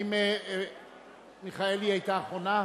האם מיכאלי היתה אחרונה?